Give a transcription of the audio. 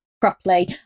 properly